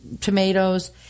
tomatoes